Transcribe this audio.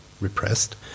repressed